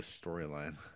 storyline